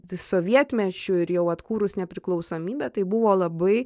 tai sovietmečiu ir jau atkūrus nepriklausomybę tai buvo labai